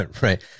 right